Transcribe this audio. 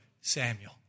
Samuel